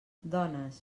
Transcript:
dones